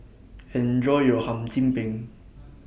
Enjoy your Hum Chim Peng